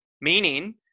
meaning